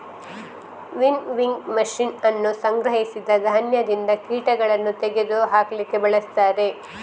winnowing machine ಅನ್ನು ಸಂಗ್ರಹಿಸಿದ ಧಾನ್ಯದಿಂದ ಕೀಟಗಳನ್ನು ತೆಗೆದು ಹಾಕ್ಲಿಕ್ಕೆ ಬಳಸ್ತಾರೆ